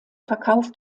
verkauft